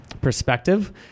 perspective